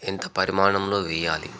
ఎంత పరిమాణంలో వెయ్యాలి